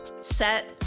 Set